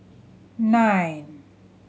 nine